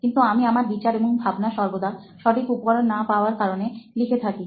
কিন্তু আমি আমার বিচার এবং ভাবনা সর্বদা সঠিক উপকরণ না পাওয়ার কারণে লিখে থাকি